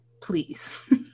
Please